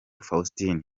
faustin